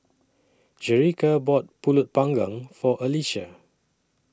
Jerica bought Pulut Panggang For Alyssia